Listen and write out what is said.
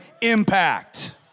impact